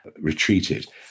retreated